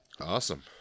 Awesome